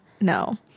no